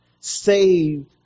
saved